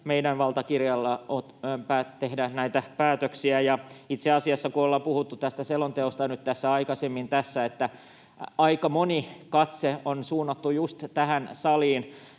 meidän valtakirjalla tekemään näitä päätöksiä. Ja itse asiassa, kun ollaan puhuttu tästä selonteosta nyt tässä aikaisemmin, niin aika moni katse on suunnattu just tähän saliin.